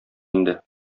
инде